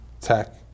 tech